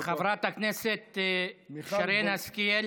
חברת הכנסת שרן השכל,